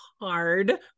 hard